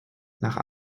nach